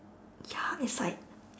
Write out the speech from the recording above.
ya it's like